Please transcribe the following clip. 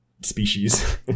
species